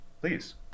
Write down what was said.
Please